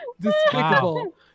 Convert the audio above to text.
Despicable